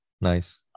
Nice